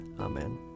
Amen